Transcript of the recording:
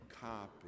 copy